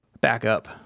Backup